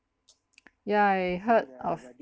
yeah I heard of